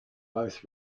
both